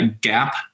Gap